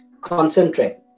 concentrate